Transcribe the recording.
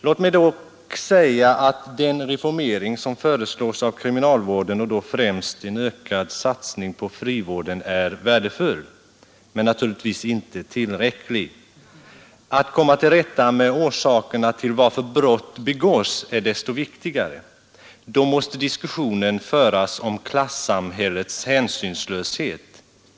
Låt mig dock säga att den reformering av kriminalvården som föreslås, och då främst en ökad satsning på frivården, är värdefull men naturligtvis inte tillräcklig. Att komma till rätta med orsakerna till att brott begås är desto viktigare. Då måste diskussionen föras om klassamhällets hänsynslöshet.